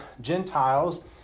gentiles